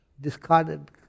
discarded